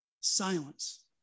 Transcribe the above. silence